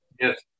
Yes